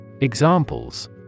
Examples